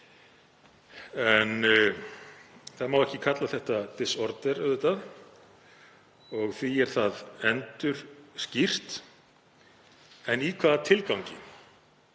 en það má ekki kalla þetta disorder auðvitað og því er það endurnefnt. En í hvaða tilgangi?